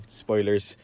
spoilers